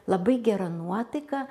labai gera nuotaika